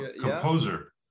composer